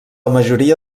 majoria